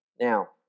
Now